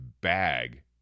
bag